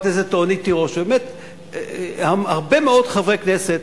הכנסת רונית תירוש באמת הרבה מאוד חברי כנסת.